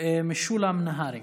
משולם נהרי.